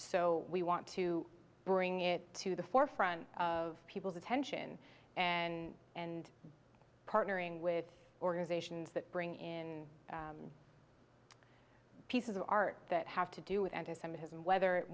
so we want to bring it to the forefront of people's attention and and partnering with organizations that bring in pieces of art that have to do with anti semitism whether it